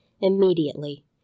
Immediately